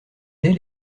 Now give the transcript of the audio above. dès